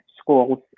schools